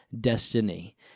destiny